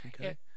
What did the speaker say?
Okay